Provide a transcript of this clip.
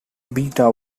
beta